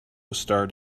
starred